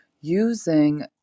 using